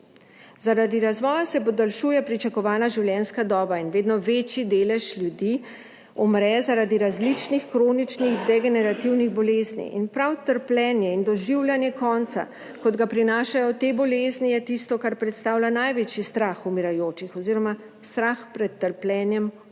Zaradi razvoja se podaljšuje pričakovana življenjska doba in vedno večji delež ljudi umre zaradi različnih kroničnih degenerativnih bolezni in prav trpljenje in doživljanje konca, kot ga prinašajo te bolezni, je tisto, kar predstavlja največji strah umirajočih oziroma strah pred trpljenjem ob umiranju.